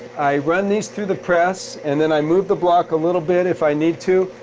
i run these through the press, and then i move the block a little bit if i need to,